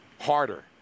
Harder